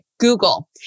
Google